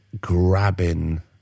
grabbing